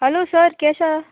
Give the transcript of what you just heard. hello sir केसां